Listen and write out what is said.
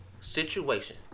Situation